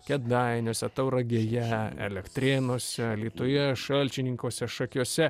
kėdainiuose tauragėje elektrėnuose alytuje šalčininkuose šakiuose